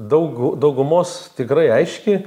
daugu daugumos tikrai aiški